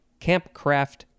campcraft